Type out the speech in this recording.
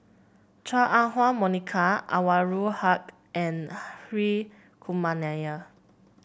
Chua Ah Huwa Monica Anwarul Haque and Hri Kumar Nair